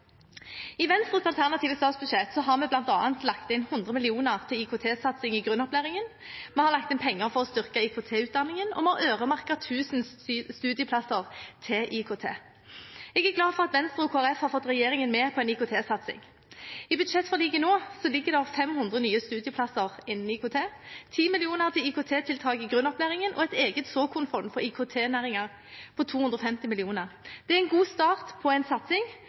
I Venstres alternative statsbudsjett har vi bl.a. lagt inn 100 mill. kr til IKT-satsing i grunnopplæringen, vi har lagt inn penger for å styrke IKT-utdanningen, og vi har øremerket 1 000 studieplasser til IKT. Jeg er glad for at Venstre og Kristelig Folkeparti har fått regjeringen med på en IKT-satsing. I budsjettforliket ligger det nå 500 nye studieplasser innen IKT, 10 mill. kr til IKT-tiltak i grunnopplæringen og et eget såkornfond for IKT-næringer på 250 mill. kr. Det er en god start på en satsing,